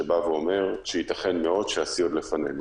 שאומר שייתכן מאוד שהשיא עוד לפנינו.